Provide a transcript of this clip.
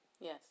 Yes